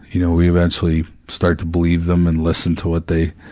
you know we eventually start to believe them and listen to what they,